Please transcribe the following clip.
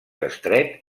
estret